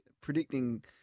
predicting